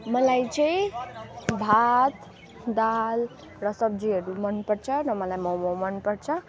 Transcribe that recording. मलाई चाहिँ भात दाल र सब्जीहरू मनपर्छ अन्त मलाई मोमो मनपर्छ